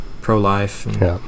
pro-life